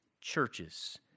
churches